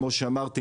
כמו שאמרתי,